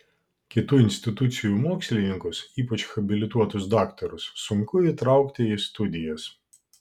kitų institucijų mokslininkus ypač habilituotus daktarus sunku įtraukti į studijas